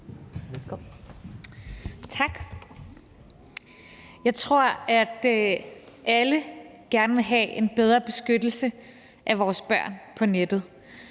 Tak. Jeg tror, at alle gerne vil have en bedre beskyttelse af vores børn på nettet.